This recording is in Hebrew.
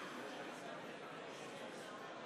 להלן התוצאות: